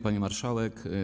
Pani Marszałek!